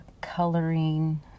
coloring